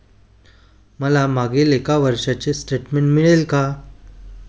मला मागील एक वर्षाचे स्टेटमेंट मिळेल का?